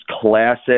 classic